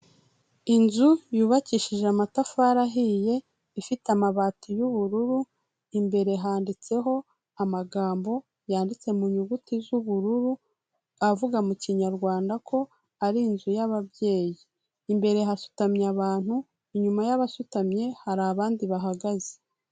Inzu yubakishije amatafari ahiye, ifite amabati y'ubururu, imbere handitseho amagambo yanditse mu nyuguti z'ubururu avuga mu Kinyarwanda ko ari inzu y'ababyeyi, imbere hasutamye abantu inyuma y'abasutamye hari abandi bahagaze.